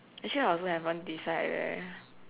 actually I also haven't decide leh